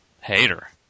hater